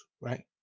right